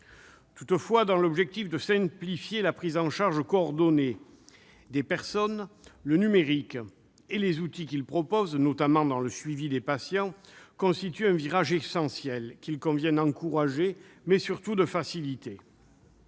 Toujours dans l'objectif de simplifier la prise en charge coordonnée des personnes, le numérique- et les outils qu'il offre, notamment pour le suivi des patients -constitue un virage essentiel qu'il convient d'encourager, mais surtout de faciliter.